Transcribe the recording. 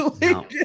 No